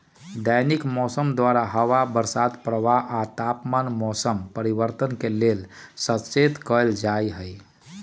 दैनिक मौसम द्वारा हवा बसात प्रवाह आ तापमान मौसम परिवर्तन के लेल सचेत कएल जाइत हइ